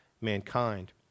mankind